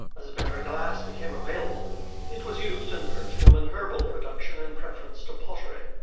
as better glass became available it was used in perfume and herbal production in preference to pottery,